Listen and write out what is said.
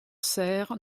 serre